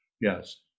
Yes